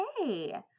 okay